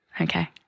okay